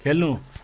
खेल्नु